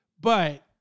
But-